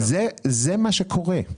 זה מה שקורה.